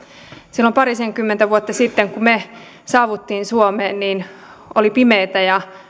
silloin parisenkymmentä vuotta sitten kun me saavuimme suomeen oli pimeää ja